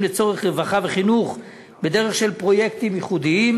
לצורך רווחה וחינוך בדרך של פרויקטים ייחודיים,